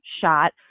shot